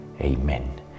Amen